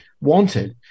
wanted